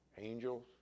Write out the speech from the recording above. angels